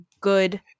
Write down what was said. good